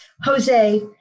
Jose